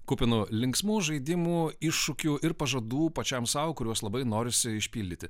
kupinu linksmų žaidimų iššūkių ir pažadų pačiam sau kuriuos labai norisi išpildyti